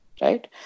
right